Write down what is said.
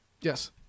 Yes